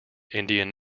indian